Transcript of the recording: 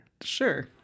Sure